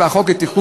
חברת הכנסת